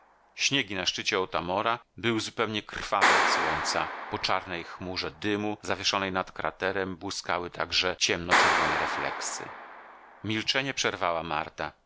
śniegi na szczycie otamora były zupełnie krwawe od słońca po czarnej chmurze dymu zawieszonej nad kraterem błyskały także ciemno czerwone refleksy milczenie przerwała marta